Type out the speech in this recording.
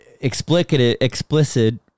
explicit